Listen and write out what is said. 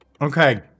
Okay